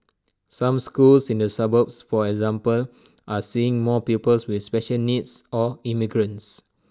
some schools in the suburbs for example are seeing more pupils with special needs or immigrants